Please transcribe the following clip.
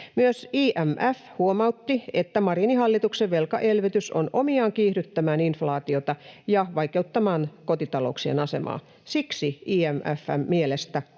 Myös IMF huomautti, että Marinin hallituksen velkaelvytys on omiaan kiihdyttämään inflaatiota ja vaikeuttamaan kotitalouksien asemaa. Siksi IMF:n mielestä